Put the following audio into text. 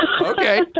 okay